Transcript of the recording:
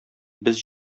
без